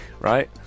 right